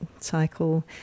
cycle